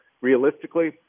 realistically